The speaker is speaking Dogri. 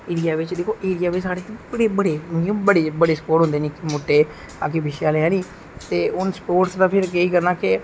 एरिेये बिच साढ़े बडे़ बडे़ स्पोर्ट होंदे ना निक्के मुट्टे अग्गे पिच्छे आहले है नी ते हून स्पोर्टस दा फिर केह् करना के